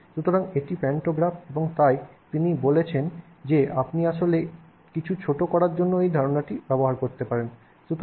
সুতরাং এটি প্যান্টোগ্রাফ এবং তাই তিনি বলেছেন যে আপনি আসলে কিছু ছোট করার জন্য এই ধরণের ধারণাটি ব্যবহার করতে পারেন